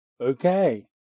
Okay